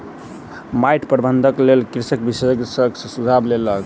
माइट प्रबंधनक लेल कृषक विशेषज्ञ सॅ सुझाव लेलक